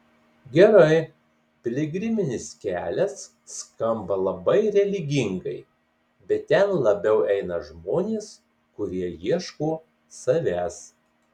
gerai piligriminis kelias skamba labai religingai bet ten labiau eina žmonės kurie ieško savęs